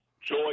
Joy